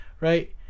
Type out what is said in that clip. right